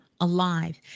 Alive